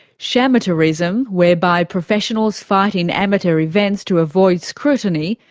shamateurism, whereby professionals fight in amateur events to avoid scrutiny,